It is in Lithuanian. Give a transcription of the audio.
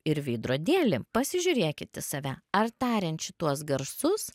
ir veidrodėlį pasižiūrėkit į save ar tariant šituos garsus